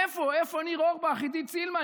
איפה, איפה ניר אורבך, עידית סילמן?